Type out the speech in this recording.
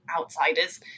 outsiders